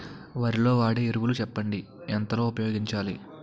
వరిలో వాడే ఎరువులు చెప్పండి? ఎంత లో ఉపయోగించాలీ?